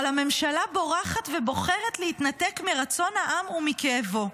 אבל הממשלה בורחת ובוחרת להתנתק מרצון העם ומכאבו.